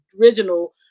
original